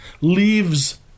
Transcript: leaves